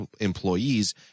employee's